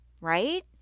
right